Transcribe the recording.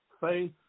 faith